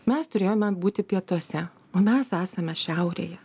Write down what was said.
mes turėjome būti pietuose o mes esame šiaurėje